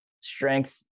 strength